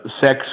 Sex